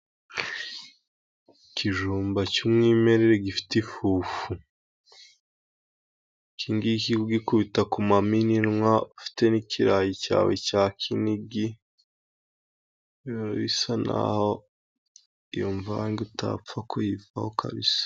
Ikijumba cy'umwimerere gifite ifufu. Ikingiki kugikubita ku mamininwa, ufite n'ikirayi cyawe cya kinigiba, bisa n'aho iyo mvange utapfa kuyivaho kabisa.